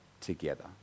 together